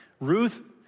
Ruth